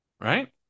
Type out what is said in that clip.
right